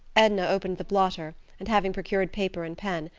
edna opened the blotter, and having procured paper and pen,